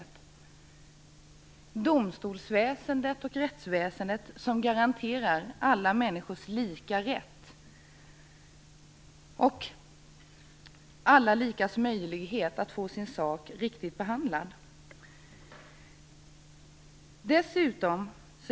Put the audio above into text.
Det gäller då ett domstolsväsende och ett rättsväsende som garanterar alla människors lika rätt och lika möjlighet att få sin sak riktigt prövad.